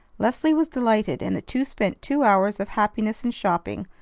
leslie was delighted, and the two spent two hours of happiness in shopping,